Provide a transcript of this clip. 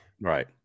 right